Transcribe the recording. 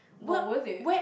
not worth it